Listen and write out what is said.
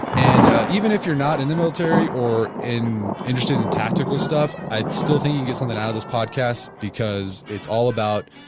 and even if you are not in the military or in, interested in tactical stuff, i still think you will get something out of this podcast because it's all about,